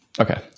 okay